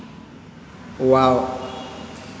wow